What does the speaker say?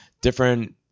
different